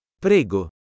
Prego